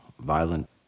violent